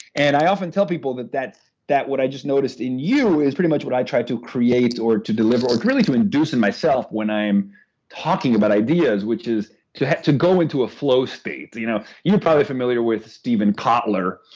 and i often tell people that that that what i just noticed in you is pretty much what i try to create or to deliver or really to induce in myself when i'm talking about ideas, which is to to go into a flow state, you know. you're probably familiar with steven kotler.